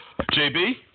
JB